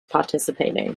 participating